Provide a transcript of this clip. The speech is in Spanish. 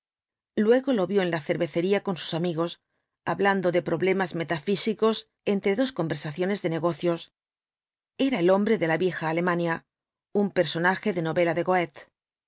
luego lo vio en la cervecería con sus amigos hablando de problemas metafíi entre dos conversaciones de negocios era el hom blasoo ibáñkz bre de la vieja alemania un personaje de novela de goethe